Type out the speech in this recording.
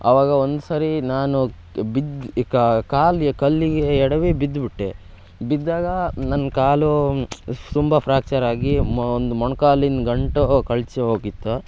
ಅವಾಗ ಒಂದು ಸಾರಿ ನಾನು ಬಿದ್ದು ಕಾ ಕಾಲು ಯ ಕಲ್ಲಿಗೆ ಎಡವಿ ಬಿದ್ಬಿಟ್ಟೆ ಬಿದ್ದಾಗ ನನ್ನ ಕಾಲು ತುಂಬ ಫ್ರ್ಯಾಕ್ಚರಾಗಿ ಮೋ ಒಂದು ಮೊಳ್ಕಾಲಿನ ಗಂಟು ಕಳಚಿ ಹೋಗಿತ್ತು